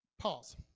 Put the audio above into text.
pause